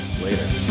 Later